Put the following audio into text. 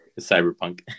Cyberpunk